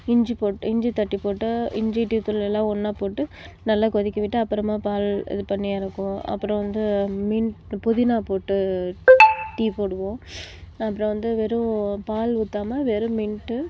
இஞ்சி போட்டு இஞ்சி தட்டி போட்டு இஞ்சி டீத்தூள் எல்லாம் ஒன்னாக போட்டு நல்லா கொதிக்க விட்டு அப்புறமா பால் இது பண்ணி இறக்குவோம் அப்புறம் வந்து மின்ட் புதினா போட்டு டீ போடுவோம் அப்புறம் வந்து வெறும் பால் ஊற்றாம வெறும் மின்ட்டு